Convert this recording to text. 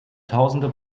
tausende